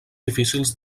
difícils